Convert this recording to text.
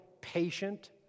patient